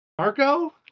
Marco